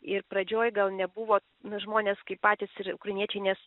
ir pradžioj gal nebuvo na žmonės kaip patys ir ukrainiečiai nes